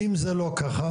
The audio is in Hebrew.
אם זה לא ככה,